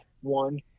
one